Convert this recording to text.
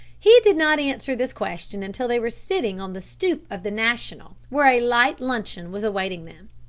he did not answer this question until they were sitting on the stoep of the national, where a light luncheon was awaiting them.